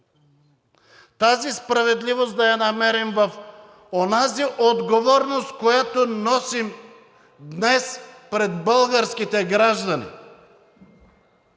Тази справедливост да я намерим в онази отговорност, която носим днес пред българските граждани.